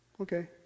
Okay